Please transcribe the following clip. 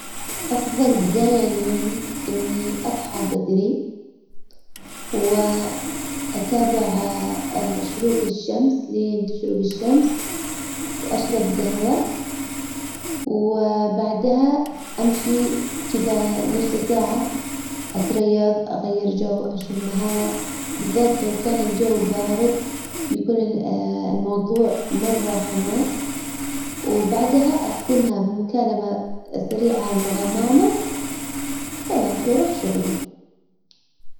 افضل بداية ليومي اني اصحى بدري واتابع شروق الشمس لين تشرق الشمس واشرب قهوة وبعدها امشي كدا نص ساعة اتريض اغير جو اشم هوا بالذات لو كان الجو بارد يكون الموضوع مرة حماس وبعدها اختمها بمكالمة سريعة مع ماما وخلاص واروح شغلي.